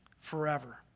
forever